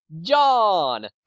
John